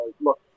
look